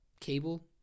cable